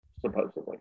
supposedly